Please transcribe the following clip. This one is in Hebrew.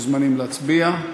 בבקשה, מוזמנים להצביע.